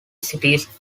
cities